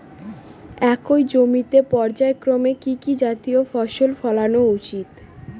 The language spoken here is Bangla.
একই জমিতে পর্যায়ক্রমে কি কি জাতীয় ফসল ফলানো উচিৎ?